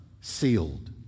sealed